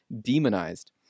demonized